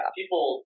people